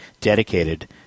dedicated